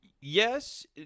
Yes